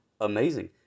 amazing